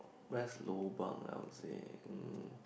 best lobang I would say um